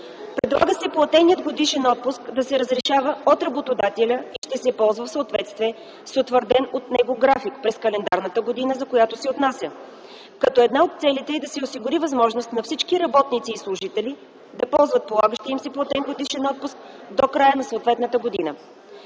Предлага се платения годишен отпуск да се разрешава от работодателя и ще се ползва в съответствие с утвърден от него график през календарната година, за която се отнася, като една от целите е да се осигури възможност за всички работници и служители да ползват полагащия им се платен годишен отпуск до края на съответната година.